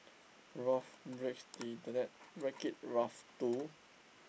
Ralph Breaks the Internet Wreck it Ralph Two